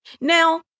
Now